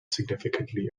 significantly